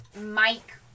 Mike